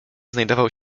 znajdował